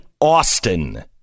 Austin